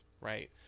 right